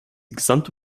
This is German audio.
gesamte